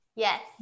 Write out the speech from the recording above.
Yes